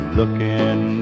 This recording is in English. looking